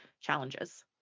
challenges